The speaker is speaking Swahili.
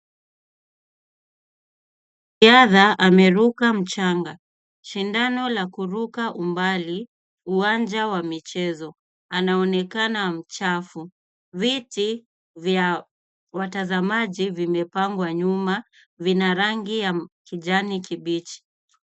Mwanariadha ameruka mchanga shindano la kuruka umbali uwanja wa michezo anaonekana mchafu. Viti vya watazamaji vimepangwa nyuma vina rangi ya kijani kibichi.